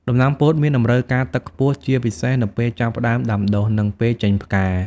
ដំណាំពោតមានតម្រូវការទឹកខ្ពស់ ជាពិសេសនៅពេលចាប់ផ្តើមដាំដុះ និងពេលចេញផ្កា។